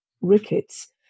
rickets